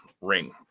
ring